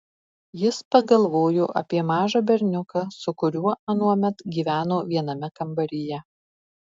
jis pagalvojo apie mažą berniuką su kuriuo anuomet gyveno viename kambaryje